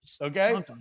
okay